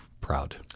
proud